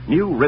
New